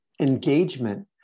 engagement